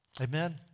Amen